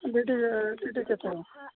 D D کے through